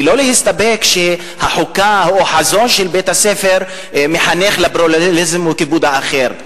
ולא להסתפק בכך שהחוקה או החזון של בית-הספר מחנך לכיבוד האחר.